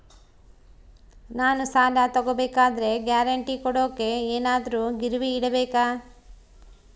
ನಾನು ಸಾಲ ತಗೋಬೇಕಾದರೆ ಗ್ಯಾರಂಟಿ ಕೊಡೋಕೆ ಏನಾದ್ರೂ ಗಿರಿವಿ ಇಡಬೇಕಾ?